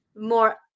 more